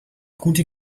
gute